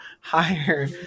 higher